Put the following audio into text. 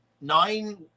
nine